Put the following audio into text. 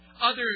Others